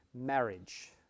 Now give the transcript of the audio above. marriage